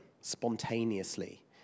spontaneously